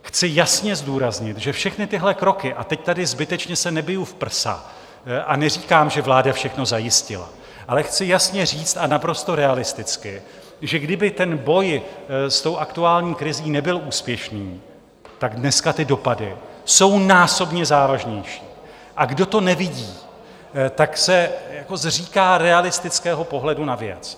Chci jasně zdůraznit, že všechny tyhle kroky a teď tady zbytečně se nebiji v prsa a neříkám, že vláda všechno zajistila, ale chci jasně říct a naprosto realisticky že kdyby ten boj s aktuální krizí nebyl úspěšný, dneska ty dopady jsou násobně závažnější, a kdo to nevidí, tak se zříká realistického pohledu na věc.